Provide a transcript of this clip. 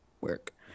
work